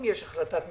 אם יש החלטת ממשלה,